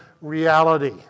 reality